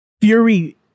Fury